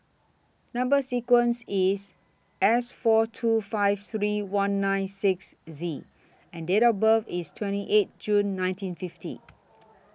Number sequence IS S four two five three one nine six Z and Date of birth IS twenty eight June nineteen fifty